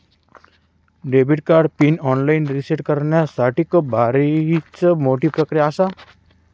debit card PIN online reset करण्यासाठीक बरीच मोठी प्रक्रिया आसा